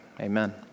Amen